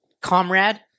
comrade